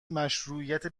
مشروعیت